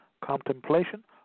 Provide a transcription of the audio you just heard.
Contemplation